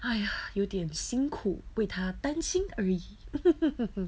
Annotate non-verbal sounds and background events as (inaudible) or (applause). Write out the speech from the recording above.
!aiya! 有点辛苦为她担心而已 (laughs)